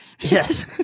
Yes